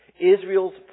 Israel's